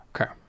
Okay